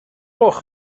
gloch